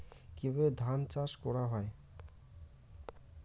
কিভাবে ধান চাষ করা হয়?